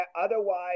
otherwise